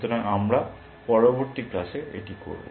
সুতরাং আমরা পরবর্তী ক্লাসে এটি করব